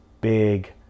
big